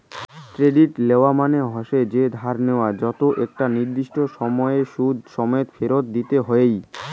credit লওয়া মানে হসে যে ধার নেয়া যেতো একটা নির্দিষ্ট সময় সুদ সমেত ফেরত দিতে হই